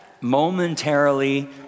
momentarily